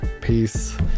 Peace